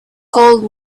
called